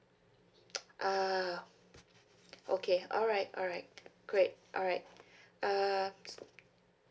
uh okay alright alright great alright uh